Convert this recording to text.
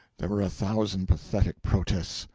there were a thousand pathetic protests,